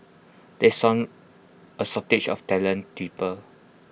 there is sun A shortage of talented people